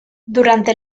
durante